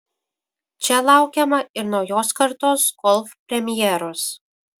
čia laukiama ir naujos kartos golf premjeros